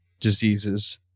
diseases